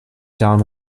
down